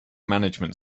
management